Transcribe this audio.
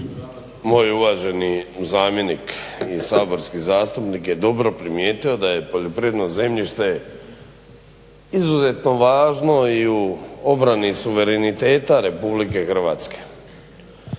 Moj uvaženi zamjenik i saborski zastupnik je dobro prijetio da je poljoprivredno zemljište izuzetno važno i u obrani suvereniteta RH.